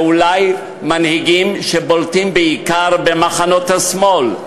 אלא אולי מנהיגים שבולטים בעיקר במחנות השמאל.